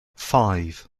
five